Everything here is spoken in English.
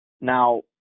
Now